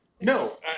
No